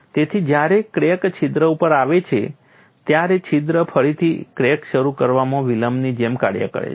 તેથી જ્યારે ક્રેક છિદ્ર ઉપર આવે છે ત્યારે છિદ્ર ફરીથી ક્રેક શરૂ કરવામાં વિલંબની જેમ કાર્ય કરે છે